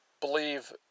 believe